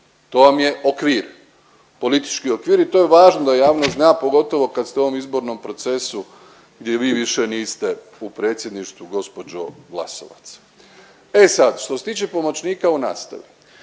To vam je okvir, politički okvir i to je važno da javnost zna, pogotovo kad ste u ovom izbornom procesu gdje i vi više niste u predsjedništvu gospođo Glasovac. E sad, što se tiče pomoćnika u nastavi,